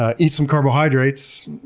ah eat some carbohydrates,